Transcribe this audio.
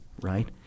right